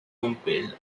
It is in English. compiled